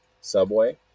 subway